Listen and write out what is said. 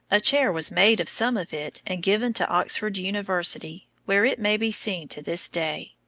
a chair was made of some of it and given to oxford university, where it may be seen to this day.